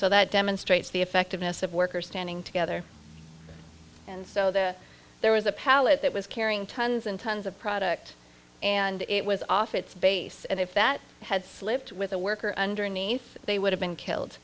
so that demonstrates the effectiveness of workers standing together and so the there was a pallet that was carrying tons and tons of product and it was off its base and if that had slipped with a worker underneath they would have been killed